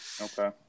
okay